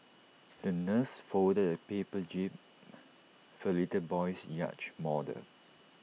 the nurse folded A paper jib for the little boy's yacht model